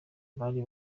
bari